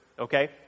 Okay